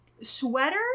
sweater